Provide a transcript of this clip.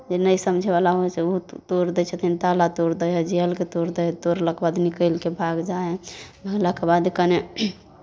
जे नहि समझयवला होइ से ओहो तोड़ि दै छथिन ताला तोड़ि दै हइ जहलके तोड़ि दै हइ तोड़लाके बाद निकलि कऽ भागि जाइ हइ भगलाके बाद कनेक